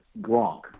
Gronk